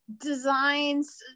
designs